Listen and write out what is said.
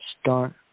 Start